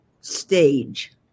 Stage